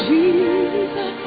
Jesus